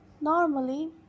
Normally